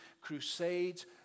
crusades